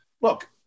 look